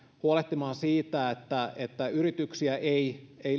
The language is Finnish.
huolehtimaan siitä että että yrityksiä ei